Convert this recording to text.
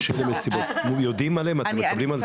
מסיבות טבע, עד כמה באמת יודעים, מודעים.